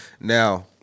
Now-